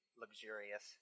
luxurious